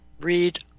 read